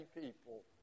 people